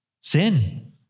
Sin